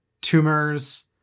tumors